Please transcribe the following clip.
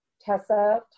Tessa